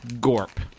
gorp